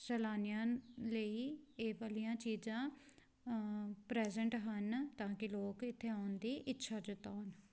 ਸੈਲਾਨਿਆਂ ਲਈ ਇਹ ਵਾਲੀਆ ਚੀਜ਼ਾਂ ਪ੍ਰੈਜੈਂਟ ਹਨ ਤਾਂ ਕਿ ਲੋਕ ਇੱਥੇ ਆਉਣ ਦੀ ਇੱਛਾ ਜਤਾਉਣ